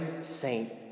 saint